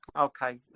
Okay